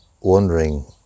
wondering